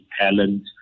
talent